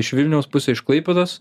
iš vilniaus pusė iš klaipėdos